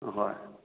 ꯍꯣꯏ ꯍꯣꯏ